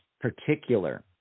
particular